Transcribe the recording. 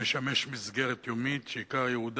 יושב-ראש